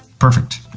perfect.